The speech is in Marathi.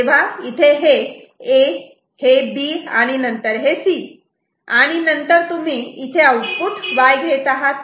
तेव्हा हे A हे B आणि नंतर हे C आणि नंतर तुम्ही इथे आउटपुट Y घेत आहात